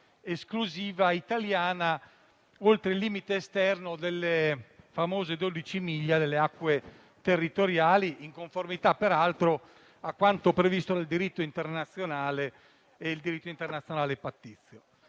esclusiva italiana oltre il limite esterno delle famose 12 miglia delle acque territoriali, in conformità peraltro con quanto previsto dal diritto internazionale pattizio.